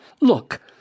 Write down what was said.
look